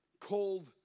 called